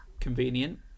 convenient